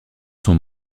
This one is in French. sont